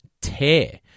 tear